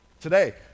Today